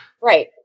Right